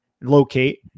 locate